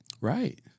Right